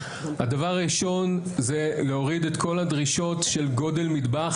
הדבר הראשון זה להוריד את כל הדרישות של גודל מטבח